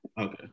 Okay